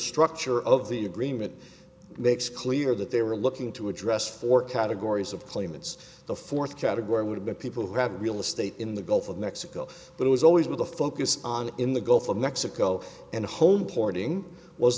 structure of the agreement makes clear that they were looking to address four categories of claimants the fourth category would be people who have a real estate in the gulf of mexico that was always with the focus on in the gulf of mexico and home porting was